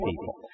people